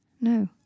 No